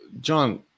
John